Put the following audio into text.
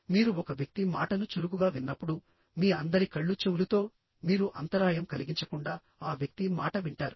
మీరు ఒక వ్యక్తి మాటను చురుకుగా విన్నప్పుడు మీ అందరి కళ్లు చెవులుతో మీరు అంతరాయం కలిగించకుండా ఆ వ్యక్తి మాట వింటారు